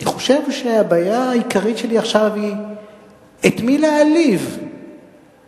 אני חושב שהבעיה העיקרית שלי עכשיו היא את מי להעליב אפילו,